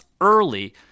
early